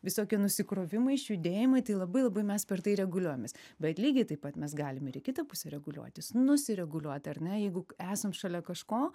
visokie nusikrovimai išjudėjimai tai labai labai mes per tai reguliuojamės bet lygiai taip pat mes galim ir kitą pusę reguliuotis nusireguliuoti ar ne jeigu esant šalia kažko